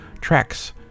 tracks